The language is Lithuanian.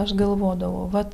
aš galvodavau vat